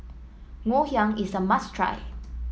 Ngoh Hiang is a must try